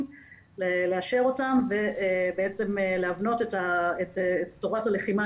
לאשר אותן ובעצם להבנות את תורת הלחימה,